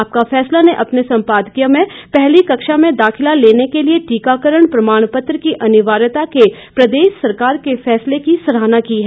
आपका फैसला ने अपने संपादकीय में पहली कक्षा में दाखिला लेने के लिए टीकाकरण प्रमाणपत्र की अनिवार्यता के प्रदेश सरकार के फैसले की सराहना की है